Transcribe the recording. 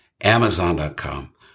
amazon.com